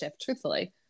truthfully